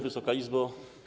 Wysoka Izbo!